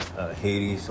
Haiti